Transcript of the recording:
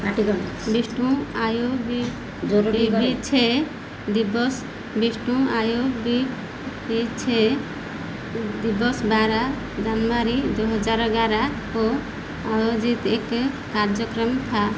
आटिगा विशु आयु वी पी वी छः दिवस विश्व आयु वी पी वी छः दिवस बारह जनवरी दो हज़ार ग्यारह को आयोजित एक कार्यक्रम था